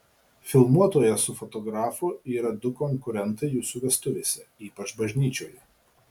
filmuotojas su fotografu yra du konkurentai jūsų vestuvėse ypač bažnyčioje